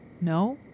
No